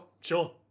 Sure